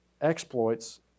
exploits